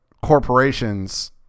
corporations